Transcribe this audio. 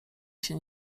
się